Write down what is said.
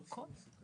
הכול.